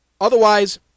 Otherwise